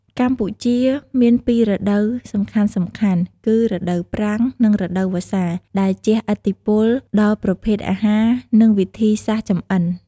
កម្ពុជាមានពីររដូវសំខាន់ៗគឺ រដូវប្រាំង និង រដូវវស្សា ដែលជិះឥទ្ធិពលដល់ប្រភេទអាហារ និងវិធីសាស្រ្តចម្អិន។